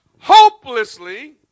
hopelessly